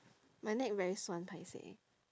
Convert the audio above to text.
my neck very 酸 paiseh